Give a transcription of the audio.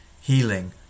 healing